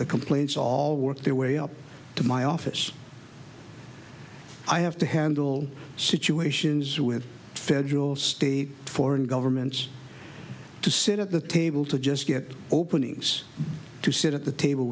the complaints all work their way up to my office i have to handle situations with federal state foreign governments to sit at the table to just get openings to sit at the table